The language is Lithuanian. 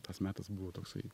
tas metas buvo toksai